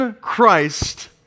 Christ